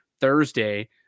Thursday